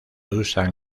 usan